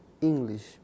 English